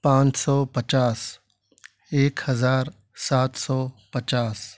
پانچ سو پچاس ایک ہزار سات سو پچاس